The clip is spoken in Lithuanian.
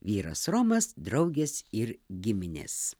vyras romas draugės ir giminės